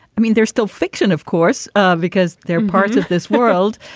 i mean, they're still fiction, of course, ah because they're parts of this world.